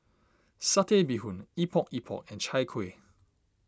Satay Bee Hoon Epok Epok and Chai Kueh